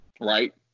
Right